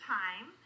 time